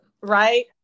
right